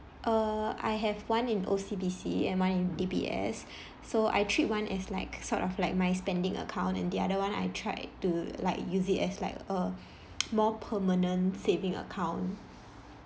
err I have one in O_C_B_C and one in D_B_S so I treat one as like sort of like my spending account and the other [one] I tried to like use it as like a more permanent saving account